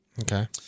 Okay